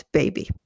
baby